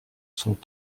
sont